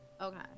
Okay